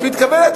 של איחוד משפחות.